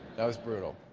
that was brutal.